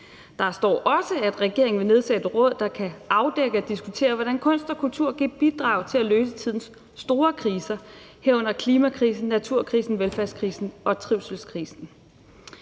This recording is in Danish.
Der står også, at regeringen vil nedsætte et råd, der kan afdække og diskutere, hvordan kunst og kultur kan bidrage til at løse tidens store kriser, herunder klimakrisen, naturkrisen, velfærdskrisen og trivselskrisen.